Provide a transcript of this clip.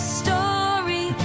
story